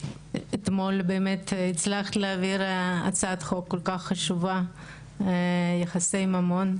שאתמול באמת הצלחת להעביר הצעת חוק כל כך חשובה - יחסי ממון.